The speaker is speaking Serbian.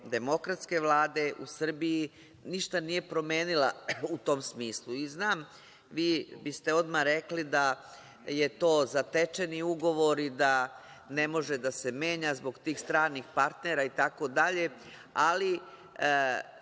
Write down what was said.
demokratske Vlade, u Srbiji ništa nije promenila u tom smislu. Znam, vi biste odmah rekli da je to zatečeni ugovor i da ne može da se menja zbog tih stranih partnera itd. ali